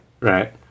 right